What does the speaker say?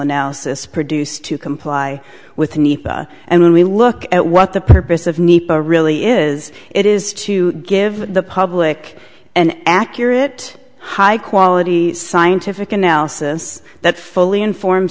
analysis produced to comply with nepa and when we look at what the purpose of nepa really is it is to give the public and accurate high quality scientific analysis that fully inform